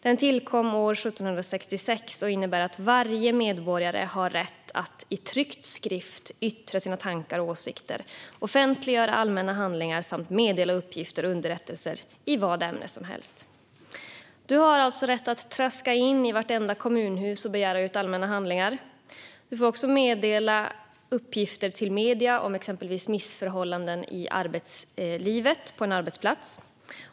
Den tillkom år 1766 och innebär att varje medborgare har rätt att i tryckt skrift yttra sina tankar och åsikter, offentliggöra allmänna handlingar samt meddela uppgifter och underrättelser i vad ämne som helst. Du har alltså rätt att traska in i vartenda kommunhus och begära ut allmänna handlingar. Du får också meddela uppgifter till medier om exempelvis missförhållanden i arbetslivet på en arbetsplats.